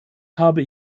habe